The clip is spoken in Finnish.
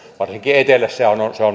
varsinkin etelässä